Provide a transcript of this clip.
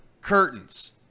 Curtains